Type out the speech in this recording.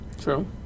True